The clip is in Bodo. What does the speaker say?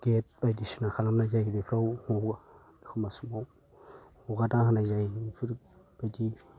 गेट बायदिसिना खालामनाय जायो बेफ्राव एखमबा समाव हगारना होनाय जायो बेफोर बायदि